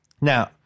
Now